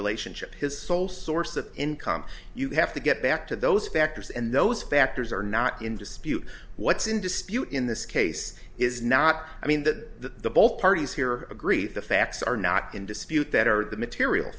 relationship his sole source of income you have to get back to those factors and those factors are not in dispute what's in dispute in this case is not i mean that the both parties here agree the facts are not in dispute that are the material